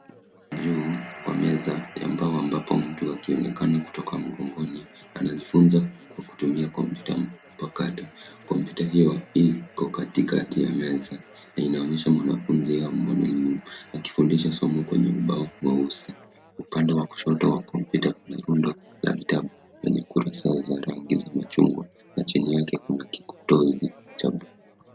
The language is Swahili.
Juu wa meza ya mbao ambapo mtu akionekana kutoka mgongoni anajifunza kwa kutumia kompyuta mpakato. Kompyuta hiyo iko katikati ya meza na inaonyesha mwanafunzi au mwalimu akifundisha somo kwenye ubao mweusi. Upande wa kushoto wa kompyuta kuna rundo la vitabu lenye kurasa za rangi za machungwa na chini yake kuna kikokotozi cha buluu.